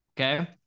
Okay